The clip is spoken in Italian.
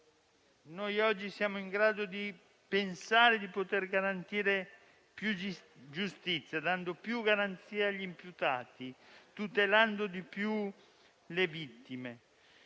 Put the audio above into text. Noi oggi siamo in grado di pensare di poter garantire più giustizia dando più garanzie agli imputati e tutelando maggiormente le vittime;